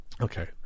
Okay